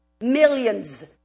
millions